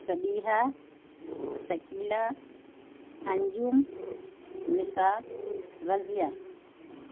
سبیحہ سکیلہ انجم نساد رضیہ